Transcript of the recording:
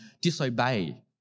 disobey